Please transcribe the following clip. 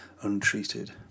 untreated